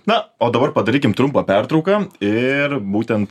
na o dabar padarykim trumpą pertrauką ir būtent